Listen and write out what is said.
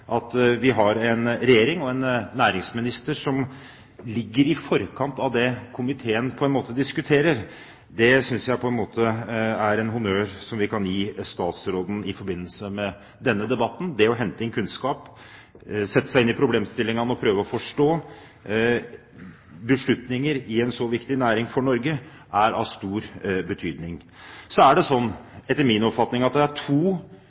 at vi har en regjering og en næringsminister som ligger i forkant av det komiteen diskuterer. Det synes jeg er en honnør som vi kan gi statsråden i forbindelse med denne debatten. Det å hente inn kunnskap, sette seg inn i problemstillingene og prøve å forstå beslutninger i en så viktig næring for Norge er av stor betydning. Så er det etter min oppfatning slik at det er to